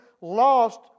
lost